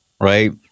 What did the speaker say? Right